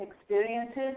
experiences